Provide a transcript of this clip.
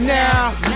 now